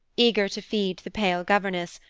eager to feed the pale governess,